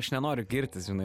aš nenoriu girtis žinai